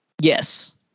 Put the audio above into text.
yes